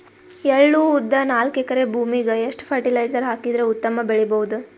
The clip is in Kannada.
ಎಳ್ಳು, ಉದ್ದ ನಾಲ್ಕಎಕರೆ ಭೂಮಿಗ ಎಷ್ಟ ಫರಟಿಲೈಜರ ಹಾಕಿದರ ಉತ್ತಮ ಬೆಳಿ ಬಹುದು?